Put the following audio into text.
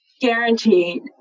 Guaranteed